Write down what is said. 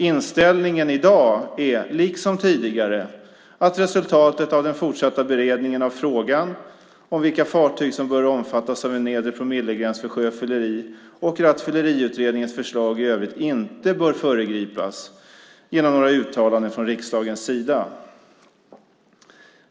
Inställningen i dag är, liksom tidigare, att resultatet av den fortsatta beredningen av frågan om vilka fartyg som bör omfattas av en nedre promillegräns för sjöfylleri och Rattfylleriutredningens förslag i övrigt inte bör föregripas genom några uttalanden från riksdagens sida.